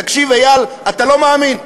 תקשיב, איל, אתה לא מאמין.